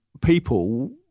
people